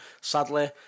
sadly